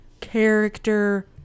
character